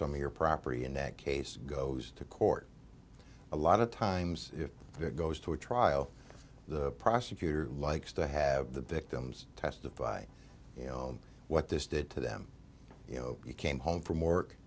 some of your property in that case goes to court a lot of times if it goes to a trial the prosecutor likes to have the victims testify you know what this did to them you know you came home from work